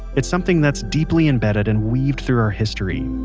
it's something that's deeply embedded and weaved through our history.